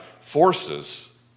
forces